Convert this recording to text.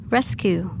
Rescue